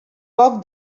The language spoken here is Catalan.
poc